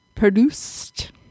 produced